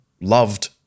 loved